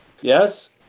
yes